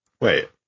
Wait